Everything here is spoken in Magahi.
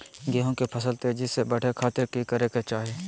गेहूं के फसल तेजी से बढ़े खातिर की करके चाहि?